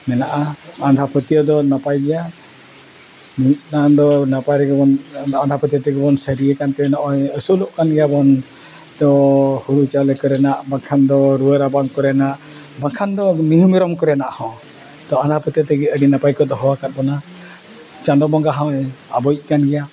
ᱢᱮᱱᱟᱜᱼᱟ ᱟᱸᱫᱷᱟ ᱯᱟᱹᱛᱭᱟᱹᱣ ᱫᱚ ᱱᱟᱯᱟᱭ ᱜᱮᱭᱟ ᱢᱤᱫᱴᱟᱱ ᱫᱚ ᱱᱟᱯᱟᱭ ᱨᱮᱜᱮ ᱵᱚᱱ ᱟᱸᱫᱷᱟ ᱯᱟᱹᱛᱭᱟᱹᱣ ᱛᱮᱜᱮ ᱵᱚᱱ ᱥᱟᱹᱨᱤᱭᱟᱠᱟᱱ ᱛᱮ ᱱᱚᱜᱼᱚᱭ ᱟᱹᱥᱩᱞᱚᱜ ᱠᱟᱱ ᱜᱮᱭᱟ ᱵᱚᱱ ᱛᱚ ᱦᱩᱲᱩ ᱪᱟᱣᱞᱮ ᱠᱚᱨᱮᱱᱟᱜ ᱵᱟᱝᱠᱷᱟᱱ ᱫᱚ ᱨᱩᱣᱟᱹ ᱨᱟᱵᱟᱝ ᱠᱚᱨᱮᱱᱟᱜ ᱵᱟᱝᱠᱷᱟᱱ ᱫᱚ ᱢᱤᱦᱩ ᱢᱮᱨᱚᱢ ᱠᱚᱨᱮᱱᱟᱜ ᱦᱚᱸ ᱛᱚ ᱟᱸᱫᱷᱟ ᱯᱟᱹᱛᱭᱟᱹᱣ ᱛᱮᱜᱮ ᱟᱹᱰᱤ ᱱᱟᱯᱟᱭ ᱠᱚ ᱫᱚᱦᱚ ᱟᱠᱟᱫ ᱵᱚᱱᱟ ᱪᱟᱸᱫᱚ ᱵᱚᱸᱜᱟ ᱦᱚᱸᱭ ᱟᱵᱚᱭᱤᱡ ᱠᱟᱱ ᱜᱮᱭᱟ